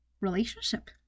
relationship